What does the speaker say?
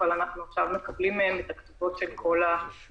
אבל עכשיו אנחנו מקבלים מהן את הכתובות של כל החולים.